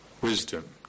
wisdom